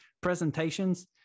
presentations